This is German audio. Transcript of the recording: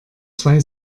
zwei